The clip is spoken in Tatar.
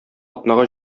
атнага